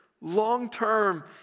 long-term